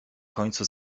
końcu